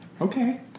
Okay